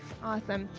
awesome.